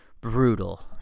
brutal